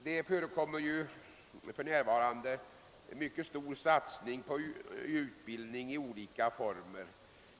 Man satsar ju numera kraftigt på utbildning i olika former.